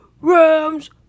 Rams